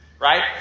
Right